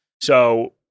So-